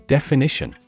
Definition